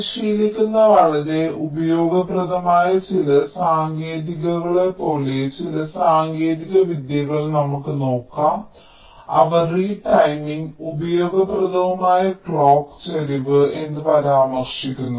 പരിശീലിക്കുന്ന വളരെ ഉപയോഗപ്രദമായ ചില സാങ്കേതികതകളെപ്പോലെ ചില സാങ്കേതിക വിദ്യകൾ നമുക്ക് നോക്കാം അവ റിടൈമിങ് ഉപയോഗപ്രദവുമായ ക്ലോക്ക് ചരിവ് എന്ന് പരാമർശിക്കുന്നു